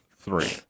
three